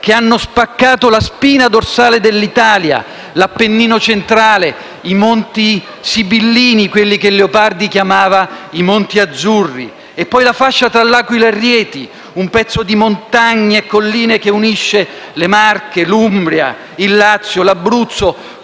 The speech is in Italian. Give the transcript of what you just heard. e hanno spaccato la spina dorsale dell'Italia: l'Appennino centrale, i monti Sibillini, quelli che Leopardi chiamava i monti azzurri; e poi la fascia tra L'Aquila e Rieti, un pezzo di montagne e colline che unisce le Marche, l'Umbria, il Lazio, l'Abruzzo,